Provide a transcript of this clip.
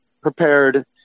prepared